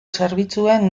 zerbitzuen